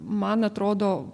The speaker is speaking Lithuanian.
man atrodo